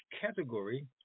category